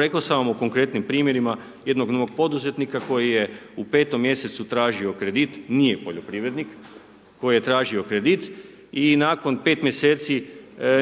rekao sam vam o konkretnim primjerima jednog novog poduzetnika koji je u petom mjesecu tražio kredit, nije poljoprivrednik, koji je tražio kredit i nakon pet mjeseci